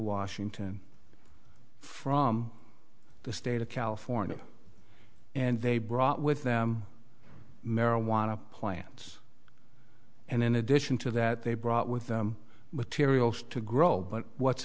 washington from the state of california and they brought with them marijuana plants and in addition to that they brought with them materials to grow but what's